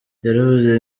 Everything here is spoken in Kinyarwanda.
yaravuze